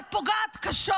את פגעת קשות